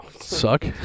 Suck